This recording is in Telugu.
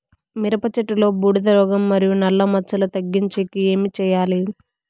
మిరప చెట్టులో బూడిద రోగం మరియు నల్ల మచ్చలు తగ్గించేకి ఏమి చేయాలి?